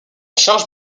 charge